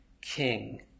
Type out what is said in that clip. king